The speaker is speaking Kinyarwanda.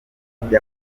avuga